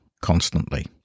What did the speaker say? constantly